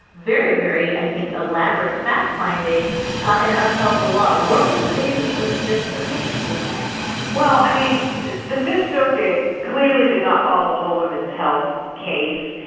very very i think elaborate fact finding an upheld the law. what was the basis for the fifth circuit's decision well i mean the fifth circuit clearly did not follow the whole women's health case.